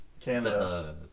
Canada